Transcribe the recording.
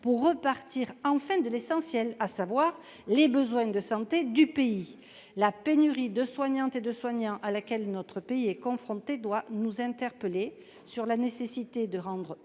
de repartir de l'essentiel, à savoir les besoins en santé du pays. La pénurie de soignants à laquelle notre pays est confronté doit nous interpeller sur la nécessité de rendre